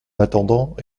attendant